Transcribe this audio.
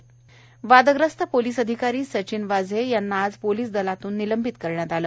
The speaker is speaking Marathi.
सचिन वाझे वादग्रस्त पोलिस अधिकारी सचिन वाझे यांना आज पोलिस दलातून निलंबित करण्यात आलं